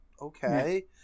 Okay